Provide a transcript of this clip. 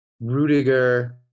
Rudiger